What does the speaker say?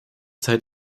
zeit